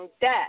debt